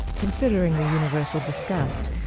considering the universal disgust,